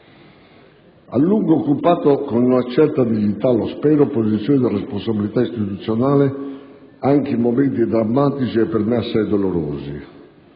A lungo ho occupato, con una certa dignità - lo spero - posizioni di responsabilità istituzionale anche in momenti drammatici e per me assai dolorosi.